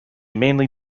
mainly